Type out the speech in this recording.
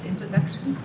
Introduction